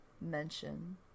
mention